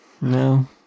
No